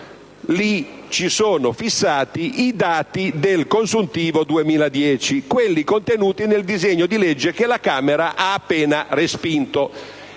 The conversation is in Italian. in cui sono fissati i dati del consuntivo 2010, quelli contenuti nel disegno di legge che la Camera ha appena respinto